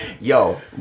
yo